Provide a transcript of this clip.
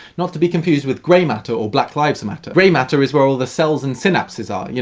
not to be confused with gray matter, or black lives matter. gray matter is where all the cells and synapses are. you